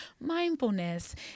mindfulness